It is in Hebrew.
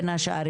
בין השאר,